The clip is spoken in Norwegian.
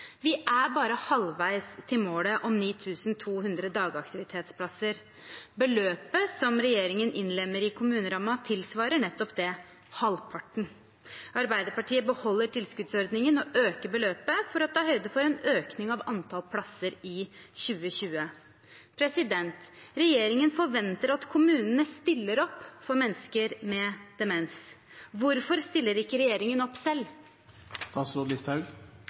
Vi er bare halvveis til målet om 9 200 dagaktivitetsplasser. Beløpet som regjeringen innlemmer i kommunerammen, tilsvarer nettopp det: halvparten. Arbeiderpartiet beholder tilskuddsordningen og øker beløpet for å ta høyde for en økning av antall plasser i 2020. Regjeringen forventer at kommunene stiller opp for mennesker med demens. Hvorfor stiller ikke regjeringen opp selv?